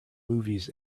movies